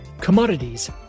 Commodities